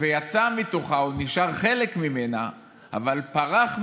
ויצא מתוכה, או נשאר חלק ממנה אבל פרח ממנה,